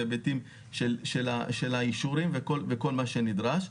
בהיבטים של האישורים וכל מה שנדרש.